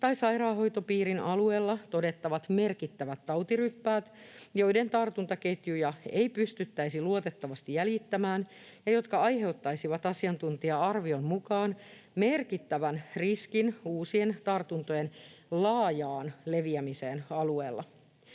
tai sairaanhoitopiirin alueella todettavat merkittävät tautiryppäät, joiden tartuntaketjuja ei pystyttäisi luotettavasti jäljittämään ja jotka aiheuttaisivat asiantuntija-arvion mukaan merkittävän riskin uusien tartuntojen laajaan leviämiseen alueella.